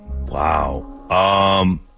Wow